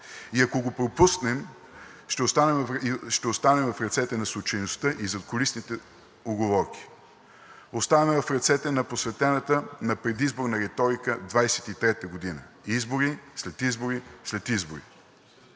и ако го пропуснем, ще останем в ръцете на случайността и задкулисните уговорки, оставаме в ръцете на посветената на предизборна риторика 2023 г. – избори, след избори, след избори.